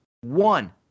One